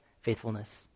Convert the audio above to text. faithfulness